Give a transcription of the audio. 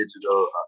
digital